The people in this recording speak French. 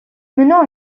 menant